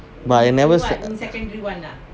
but I never